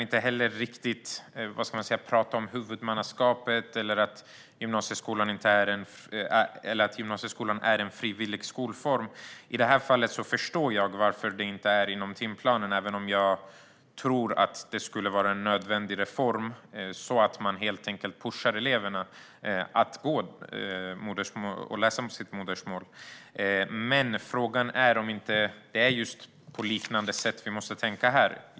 Inte heller här kan man tala om huvudmannaskapet eller att gymnasieskolan är en frivillig skolform. I det här fallet förstår jag varför det inte är inom timplanen även om jag tror att det skulle vara en nödvändig reform för att helt enkelt pusha eleverna att gå och läsa sitt modersmål. Men frågan är om det inte är på ett liknande sätt vi måste tänka här.